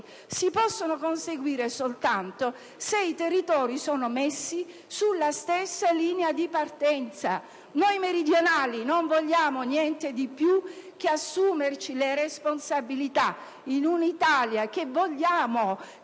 si possono conseguire soltanto se i territori sono messi sulla stessa linea di partenza. Noi meridionali non vogliamo niente di più che assumerci le responsabilità in un'Italia che vogliamo